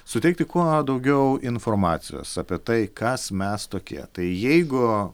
suteikti kuo daugiau informacijos apie tai kas mes tokie tai jeigu